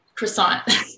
Croissant